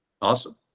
Awesome